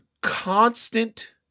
constant